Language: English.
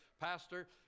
Pastor